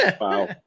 wow